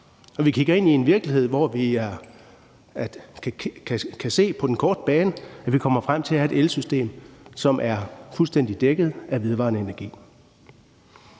Vi kigger ind i en virkelighed, hvor vi på den korte bane kan se, at vi kommer frem til at have et elsystem, som er fuldstændig dækket af vedvarende energi.